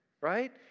right